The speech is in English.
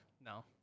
no